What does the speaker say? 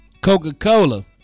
Coca-Cola